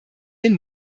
den